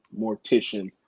mortician